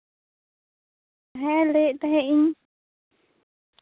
ᱦᱮᱸ ᱞᱟᱹᱭᱮᱫ ᱛᱟᱸᱦᱮᱫ ᱤᱧ